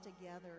together